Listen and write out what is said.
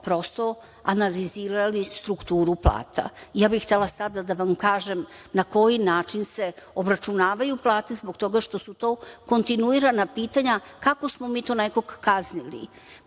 prosto analizirali strukturu plata. Htela bih sada da vam kažem na koji način se obračunavaju plate, zbog toga što su to kontinuirana pitanja – kako smo mi to nekoga kaznili?